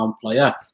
player